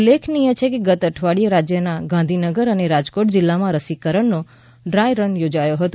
ઉલ્લેખનીય છે કે ગત અઠવાડિયે રાજ્યના ગાંધીનગર અને રાજકોટ જિલ્લામાં રસીકરણનો ડ્રાયરન યોજાયો હતો